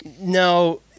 no